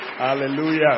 Hallelujah